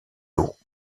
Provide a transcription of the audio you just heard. haut